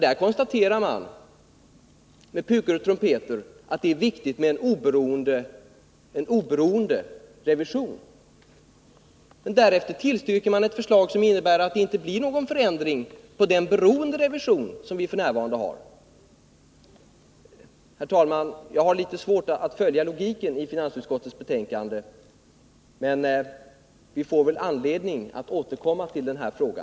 Där konstaterar man med pukor och trumpeter att det är viktigt med en oberoende revision, men därefter tillstyrker man ett förslag som innebär att det inte blir någon förändring av den beroende revision som vi f.n. har. Herr talman! Jag har litet svårt att följa logiken i finansutskottets betänkande, men vi får väl anledning att återkomma till denna fråga.